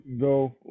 go